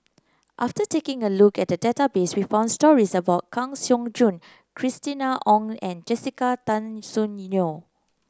after taking a look at the database we found stories about Kang Siong Joo Christina Ong and Jessica Tan Soon Neo